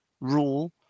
rule